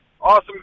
Awesome